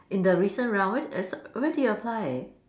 in the recent round where did you apply